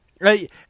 Right